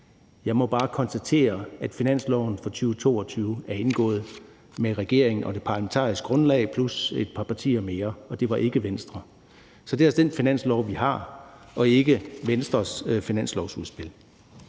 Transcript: Jeg må bare konstatere, at finansloven for 2022 er indgået med regeringen og det parlamentariske grundlag plus et par partier mere, og det var ikke Venstre. Så det er altså den finanslov, vi har, og ikke Venstres finanslovsudspil.